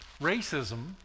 Racism